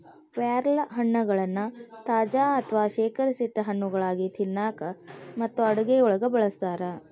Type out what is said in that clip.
ಪ್ಯಾರಲಹಣ್ಣಗಳನ್ನ ತಾಜಾ ಅಥವಾ ಶೇಖರಿಸಿಟ್ಟ ಹಣ್ಣುಗಳಾಗಿ ತಿನ್ನಾಕ ಮತ್ತು ಅಡುಗೆಯೊಳಗ ಬಳಸ್ತಾರ